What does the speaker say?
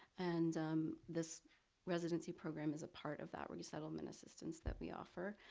and this residency program is a part of that resettlement assistance that we offer.